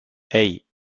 hey